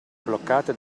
bloccate